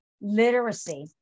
literacy